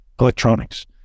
electronics